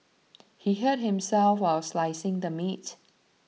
he hurt himself while slicing the meat